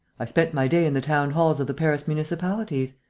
i spent my day in the town-halls of the paris municipalities.